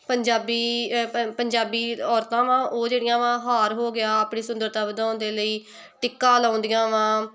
ਪੰਜਾਬੀ ਪੰਜਾਬੀ ਔਰਤਾਂ ਵਾਂ ਉਹ ਜਿਹੜੀਆਂ ਵਾ ਹਾਰ ਹੋ ਗਿਆ ਆਪਣੀ ਸੁੰਦਰਤਾ ਵਧਾਉਣ ਦੇ ਲਈ ਟਿੱਕਾ ਲਾਉਂਦੀਆਂ ਵਾਂ